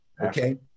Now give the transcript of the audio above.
okay